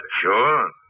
Sure